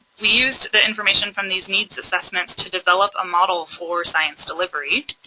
we used the information from these needs assessments to develop a model for science delivery.